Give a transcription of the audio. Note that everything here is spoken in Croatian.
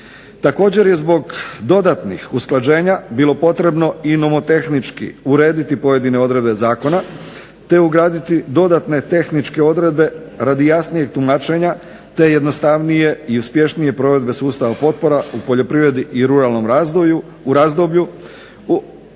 Također je zbog dodatnih usklađenja bilo potrebno i nomotehnički urediti pojedine odredbe zakona te ugraditi dodatne tehničke odredbe radi jasnijeg tumačenja te jednostavnije i uspješnije provedbe sustava potpora u poljoprivredi i ruralnom razvoju u razdoblju